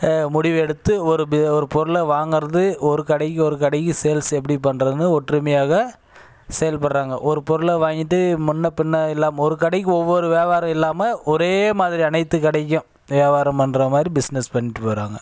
முடிவு எடுத்து ஒரு ஒரு பொருளை வாங்குறது ஒரு கடைக்கு ஒரு கடைக்கு சேல்ஸ் எப்படி பண்ணுறதுனு ஒற்றுமையாக செயல்படுறாங்க ஒரு பொருளை வாங்கிட்டு முன்னே பின்னே எல்லாம் ஒரு கடைக்கு ஒவ்வொரு வியாபாரம் இல்லாமல் ஒரே மாதிரி அனைத்து கடையும் வியாபாரம் பண்ணுற மாதிரி பிசினெஸ் பண்ணிட்டு வராங்க